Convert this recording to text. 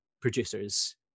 producers